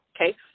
okay